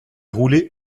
roulé